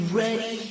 ready